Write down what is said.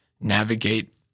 navigate